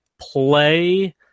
play –